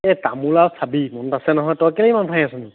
এহ্ তামোল আৰু চাবি মনত আছে নহয় তই কেলেই ইমান মাথা মাৰি আছনো